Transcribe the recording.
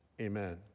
amen